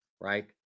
right